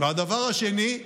הדבר השני,